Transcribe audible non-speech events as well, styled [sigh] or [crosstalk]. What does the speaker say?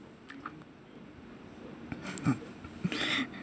[laughs]